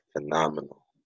phenomenal